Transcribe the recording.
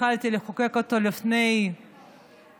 התחלתי לחוקק אותו לפני שלוש,